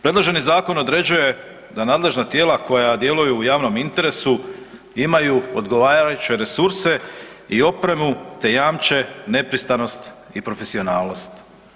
Predloženi zakon određuje da nadležna tijela koja djeluju u javnom interesu imaju odgovarajuće resurse i opremu te jamče nepristranost i profesionalnost.